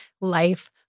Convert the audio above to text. life